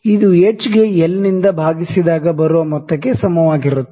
ಇದು h ಗೆ L ನಿಂದ ಭಾಗಿಸಿದಾಗ ಬರುವ ಮೊತ್ತಕ್ಕೆ ಸಮವಾಗಿರುತ್ತದೆ